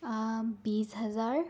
বিশ হাজাৰ